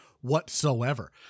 whatsoever